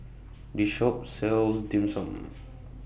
This Shop sells Dim Sum